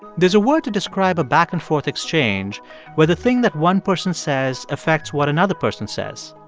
there's a word to describe a back-and-forth exchange where the thing that one person says affects what another person says.